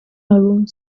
algún